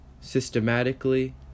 systematically